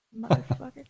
Motherfucker